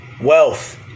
Wealth